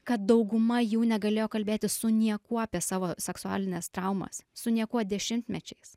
kad dauguma jų negalėjo kalbėtis su niekuo apie savo seksualines traumas su niekuo dešimtmečiais